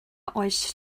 oes